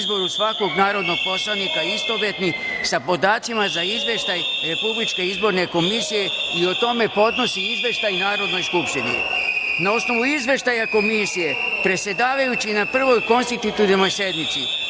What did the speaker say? izboru svakog narodnog poslanika istovetni sa podacima iz izveštaja Republičke izborne komisije i o tome podnosi izveštaj Narodnoj skupštini. Na osnovu izveštaja Komisije predsedavajući na prvoj (konstitutivnoj) sednici